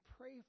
pray